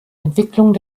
entwicklung